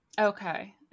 Okay